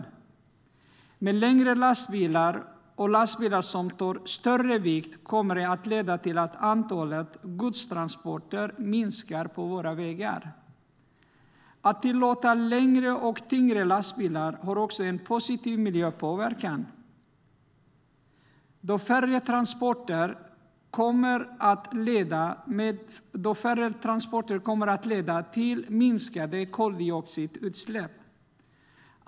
Blir det längre lastbilar och lastbilar som tar större vikt kommer det att leda till att antalet godstransporter minskar på våra vägar. Att tillåta längre och tyngre lastbilar har också en positiv miljöpåverkan, då färre transporter kommer att leda till minskade koldioxidutsläpp.